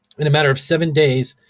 in a manner of seven days.